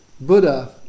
Buddha